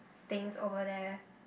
things over there